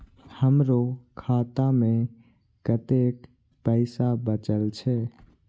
हमरो खाता में कतेक पैसा बचल छे?